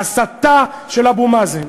ההסתה של אבו מאזן,